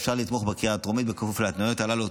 אפשר לתמוך בקריאה הטרומית בכפוף להתניות הללו.